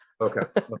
okay